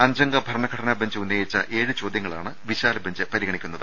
അഞ്ചംഗ ഭരണഘടനാ ബഞ്ച് ഉന്നയിച്ച ഏഴു ചോദൃങ്ങളാണ് വിശാലബഞ്ച് പരിഗണിക്കുന്നത്